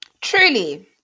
Truly